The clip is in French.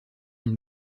une